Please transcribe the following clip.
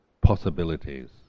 possibilities